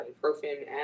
ibuprofen